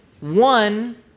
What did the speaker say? one